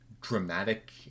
dramatic